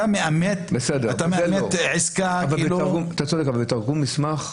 אתה מאמת עסקה --- אתה צודק, אבל בתרגום מסמך.